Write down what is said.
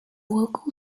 local